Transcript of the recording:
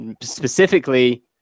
Specifically